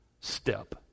step